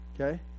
Okay